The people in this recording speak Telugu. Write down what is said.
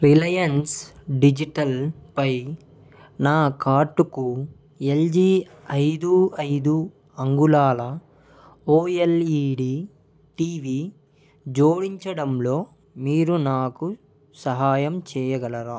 రిలయన్స్ డిజిటల్పై నా కార్టుకు ఎల్జీ ఐదు ఐదు అంగుళాల ఓఎల్ఈడీ టీవీ జోడించడంలో మీరు నాకు సహాయం చెయ్యగలరా